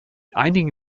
einigen